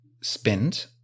spent